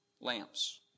lamps